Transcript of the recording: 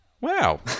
wow